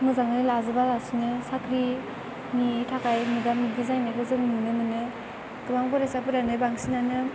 मोजाङै लाजोबालासिनो साख्रिनि थाखाय मोगा मोगि जानाय जों नुनो मोनो गोबां फरायसाफोरानो बांसिनानो